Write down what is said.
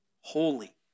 holy